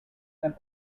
and